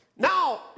Now